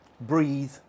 breathe